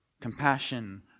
Compassion